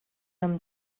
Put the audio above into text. amb